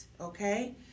okay